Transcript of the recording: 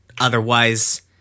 Otherwise